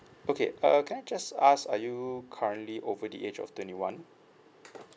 okay uh can I just ask are you currently over the age of twenty one